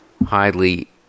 Highly